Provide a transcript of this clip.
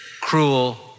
cruel